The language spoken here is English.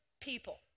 people